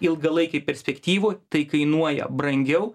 ilgalaikėj perspektyvoj tai kainuoja brangiau